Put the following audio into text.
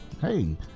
hey